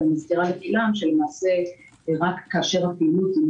אני מזכירה לכולם שרק כאשר הפעילות תסתיים